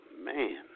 man